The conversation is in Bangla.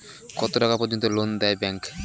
কত টাকা পর্যন্ত লোন দেয় ব্যাংক?